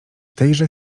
tejże